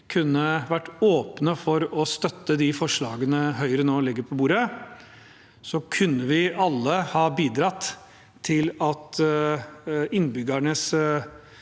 kunne vært åpne for å støtte de forslagene Høyre nå legger på bordet, kunne vi alle ha bidratt til at innbyggernes